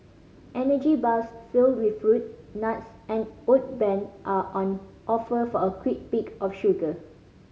energy bars filled with fruit nuts and oat bran are on offer for a quick pick of sugar